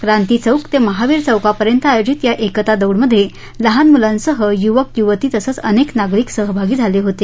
क्रांतीचौक ते महावीर चौकापर्यंत आयोजित या एकता दौडमध्ये लहान मुलांसह युवक युवती तसंच अनेक नागरिक सहभागी झाले होते